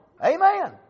Amen